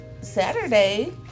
Saturday